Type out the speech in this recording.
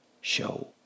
show